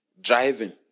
driving